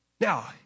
Now